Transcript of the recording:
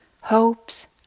hopes